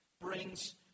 brings